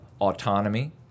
autonomy